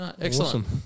Excellent